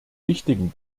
wichtigen